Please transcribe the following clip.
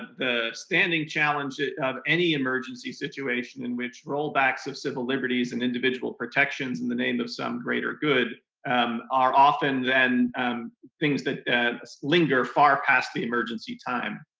the standing challenge of any emergency situation in which rollbacks of civil liberties and individual protections in the name of some greater good um are often then things that that linger far past the emergency time.